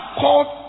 called